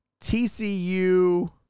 TCU